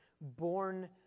born